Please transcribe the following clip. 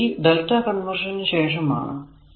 ഇത് ഈ Δ കൺവെര്ഷന് ശേഷം ആണ്